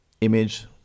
image